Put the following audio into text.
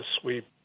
sweep